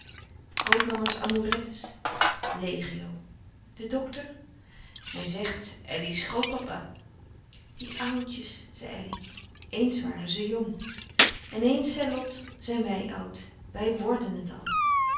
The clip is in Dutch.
dingen grootmama's amourettes legio de dokter men zegt elly's grootpapa die oudjes zei elly eens waren ze jong en eens zei lot zijn wij oud wij wrden het al